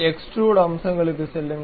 extrude அம்சங்களுக்குச் செல்லுங்கள்